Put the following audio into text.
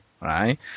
Right